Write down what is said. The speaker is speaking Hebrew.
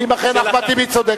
ואם אכן אחמד טיבי צודק,